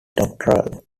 doctoral